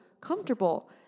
comfortable